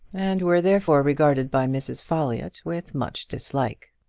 and were therefore regarded by mrs. folliott with much dislike.